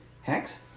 Hex